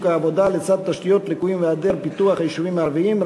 העבודה לצד תשתיות לקויות והיעדר פיתוח ביישובים הערביים,